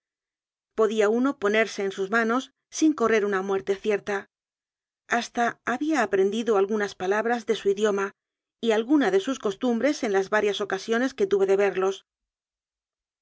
podía uno ponerse en sus manos sin correr a una muerte cierta hasta había aprendido algunas palabras de su idioma y alguna de sus costumbres en las varias oca siones que tuve de verlos